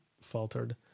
faltered